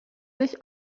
sich